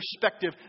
perspective